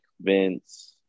Vince